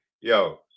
yo